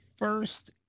first